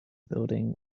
building